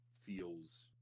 feels